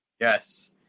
Yes